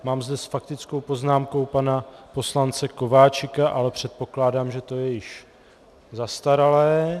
Mám zde s faktickou poznámkou pana poslance Kováčika, ale předpokládám, že to je již zastaralé.